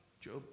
Job